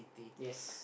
yes